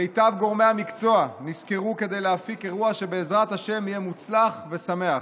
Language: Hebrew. מיטב גורמי המקצוע נשכרו כדי להפיק אירוע שבעזרת השם יהיה מוצלח ושמח.